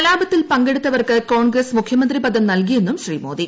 കലാപത്തിൽ പങ്കെടുത്തവർക്ക് കോൺഗ്രസ് മുഖ്യമന്ത്രി പദം നൽകിയെന്നും ശ്രീ മ്യോദി